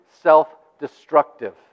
self-destructive